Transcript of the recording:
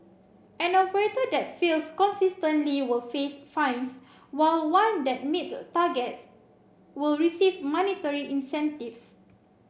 an operator that fails consistently will face fines while one that meets targets will receive monetary incentives